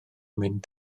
mynd